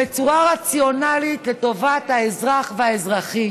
בצורה רציונלית לטובת האזרח והאזרחית.